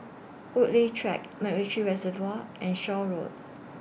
Woodleigh Track Macritchie Reservoir and Shaw Road